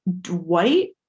Dwight